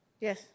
Yes